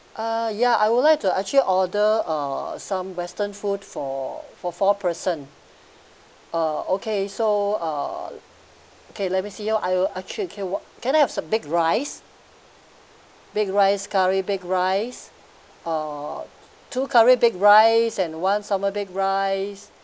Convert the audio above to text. uh ya I would like to actually order uh some western food for for four person uh okay so uh okay let me see oh I will can I have some baked rice baked rice curry baked rice uh two curry baked rice and one salmon baked rice